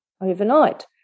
overnight